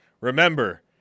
Remember